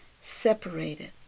separated